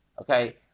Okay